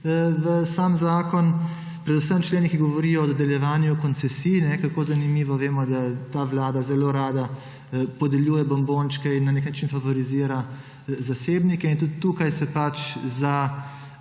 v sam zakon, predvsem členi, ki govorijo o dodeljevanju koncesij, kajne. Kako zanimivo! Vemo, da ta vlada zelo rada podeljuje bombončke in na nek način favorizira zasebnike in tudi tukaj se za